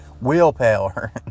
Willpower